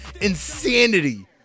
insanity